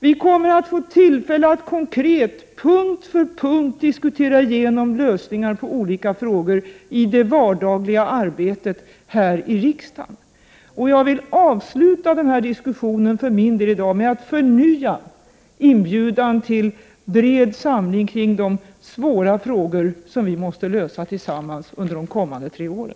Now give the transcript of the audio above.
Vi kommer att få tillfälle att konkret, punkt för punkt, diskutera lösningar på olika frågor i det vardagliga arbetet här i riksdagen. Jag vill för min del avsluta diskussionen i dag med att förnya inbjudan till bred samling kring de svåra frågor som vi måste lösa tillsammans under de kommande tre åren.